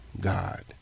God